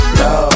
no